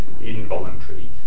involuntary